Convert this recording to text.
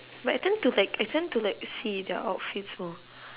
but I tend to like I tend to like see their outfits more